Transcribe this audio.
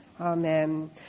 Amen